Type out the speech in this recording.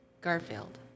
Garfield